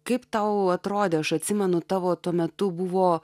kaip tau atrodė aš atsimenu tavo tuo metu buvo